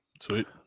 sweet